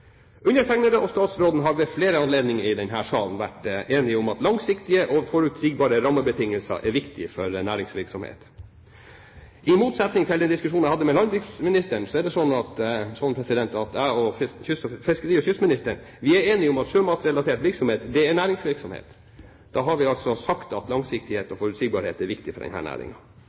Undertegnede og statsråden har ved flere anledninger i denne salen vært enige om at langsiktige og forutsigbare rammebetingelser er viktig for næringsvirksomhet. I motsetning til i diskusjonen jeg hadde med landbruksministeren, er det sånn at jeg og fiskeri- og kystministeren er enige om at sjømatrelatert virksomhet er næringsvirksomhet. Da har vi altså sagt at langsiktighet og forutsigbarhet er viktig for